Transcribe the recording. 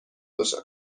باشم